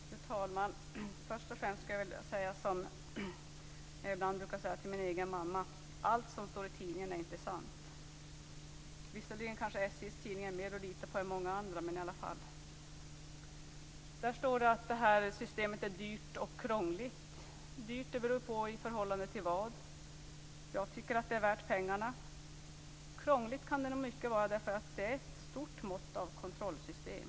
Fru talman! Först och främst skulle jag vilja säga som jag ibland brukar säga till min egen mamma: Allt som står i tidningen är inte sant. Visserligen kanske SJ:s tidning är mer att lita på än många andra, men i alla fall. Det står att systemet är dyrt och krångligt. Dyrt beror på vad man ställer det i förhållande till. Jag tycker att det är värt pengarna. Krångligt kan det nog vara i mycket, därför att det innebär ett stort mått av kontrollsystem.